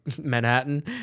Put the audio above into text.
Manhattan